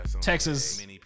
Texas